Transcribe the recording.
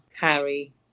Harry